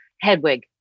Hedwig